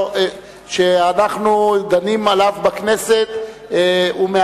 קטין), התשס"ח 2008, נתקבלה.